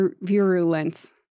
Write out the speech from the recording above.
Virulence